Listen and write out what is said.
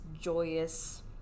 joyous